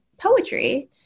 poetry